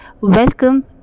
welcome